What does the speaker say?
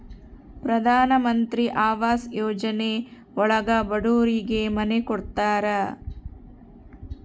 ಪ್ರಧನಮಂತ್ರಿ ಆವಾಸ್ ಯೋಜನೆ ಒಳಗ ಬಡೂರಿಗೆ ಮನೆ ಕೊಡ್ತಾರ